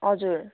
हजुर